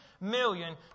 million